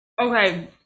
okay